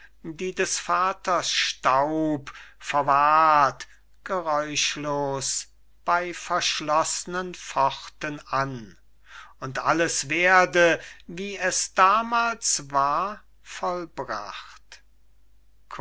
die des vaters staub verwahrt geräuschlos bei verschloßnen pforten an und alles werde wie es damals war vollbracht